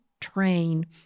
train